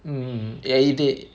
mm yeah it did